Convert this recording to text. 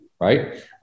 right